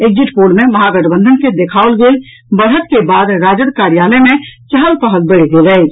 exit poll मे महागठबंधन के देखाओल गेल बढ़त के बाद राजद कार्यालय मे चहल पहल बढ़ि गेल अछि